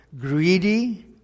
greedy